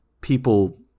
People